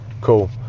Cool